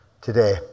today